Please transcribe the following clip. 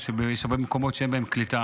יש הרבה מקומות שאין בהם קליטה,